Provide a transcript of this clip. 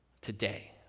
Today